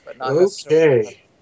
Okay